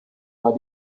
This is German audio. war